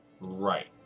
Right